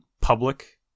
public